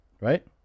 right